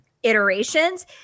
iterations